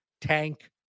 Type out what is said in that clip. Tank